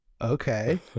okay